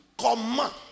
Comment